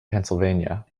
pennsylvania